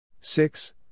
Six